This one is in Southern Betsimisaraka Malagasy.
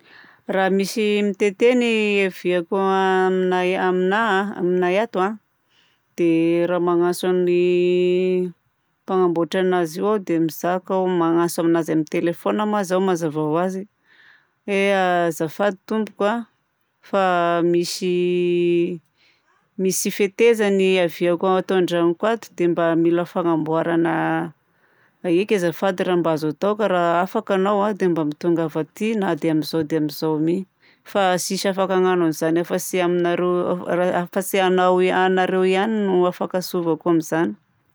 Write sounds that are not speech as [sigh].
Raha misy mitete ny evier-ko a [hesitation] nay- aminahy a, aminay ato a, dia raha magnantso ny mpagnamboatra anazy io aho dia mizaka aho, magnantso anazy amin'ny téléphone ma zaho mazava ho azy hoe "azafady tompoko a, fa misy [hesitation] misy tsifetezany ny evier-ko ato andragnoko ato dia mba mila fagnamboaragna iky azafady raha mba azo atao fa raha afaka ianao dia mba mitongava aty na dia amin'izao dia amin'izao mi fa tsisy afaka hagnano an'izany afa-tsy aminareo- raha afa-tsy aminao- anareo ihany no afaka antsovako amin'izany.